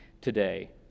today